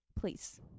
please